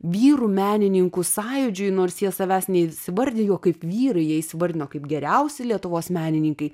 vyrų menininkų sąjūdžiui nors jie savęs neįsivardijo kaip vyrai jie įsivardino kaip geriausi lietuvos menininkai